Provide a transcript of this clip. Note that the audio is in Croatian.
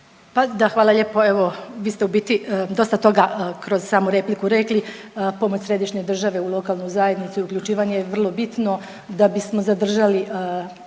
hvala lijepo, evo vi ste u biti dosta toga kroz samu repliku rekli, pomoć središnje države u lokalnu zajednicu i uključivanje je vrlo bitno da bismo zadržali što